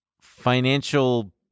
financial